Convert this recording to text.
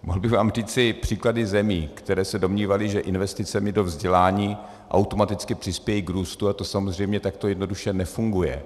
Mohl bych vám říci příklady zemí, které se domnívaly, že investicemi do vzdělání automaticky přispějí k růstu, a to samozřejmě takto jednoduše nefunguje.